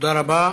תודה רבה.